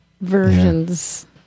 versions